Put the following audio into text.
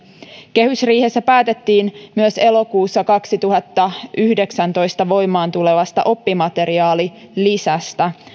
kehysriihessä päätettiin myös elokuussa kaksituhattayhdeksäntoista voimaan tulevasta oppimateriaalilisästä